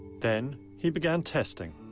then he began testing.